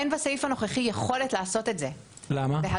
אין בסעיף הנוכחי יכולת לעשות את זה בהגדרה.